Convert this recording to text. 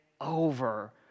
over